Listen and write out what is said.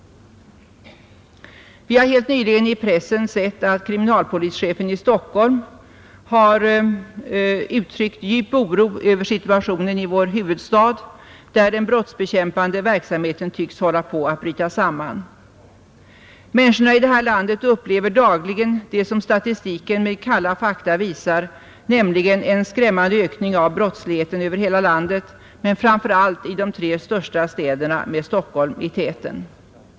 Vi har helt nyligen i pressen sett att kriminalpolischefen i Stockholm uttryckt djup oro över situationen i vår huvudstad, där den brottsbekämpande verksamheten tycks hålla på att bryta samman. Människor upplever dagligen det som statistiken med kalla fakta visar, nämligen en skrämmande ökning av brottsligheten över hela landet men framför allt i de tre största städerna med Stockholm i täten.